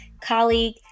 colleague